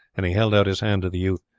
and he held out his hand to the youth.